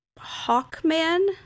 Hawkman